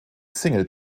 single